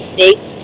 States